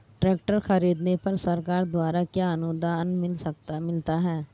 Tractor खरीदने पर सरकार द्वारा क्या अनुदान मिलता है?